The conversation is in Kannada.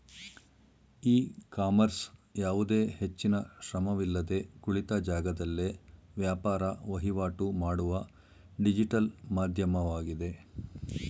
ಇ ಕಾಮರ್ಸ್ ಯಾವುದೇ ಹೆಚ್ಚಿನ ಶ್ರಮವಿಲ್ಲದೆ ಕುಳಿತ ಜಾಗದಲ್ಲೇ ವ್ಯಾಪಾರ ವಹಿವಾಟು ಮಾಡುವ ಡಿಜಿಟಲ್ ಮಾಧ್ಯಮವಾಗಿದೆ